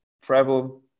travel